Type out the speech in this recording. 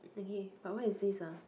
okay but where is this ah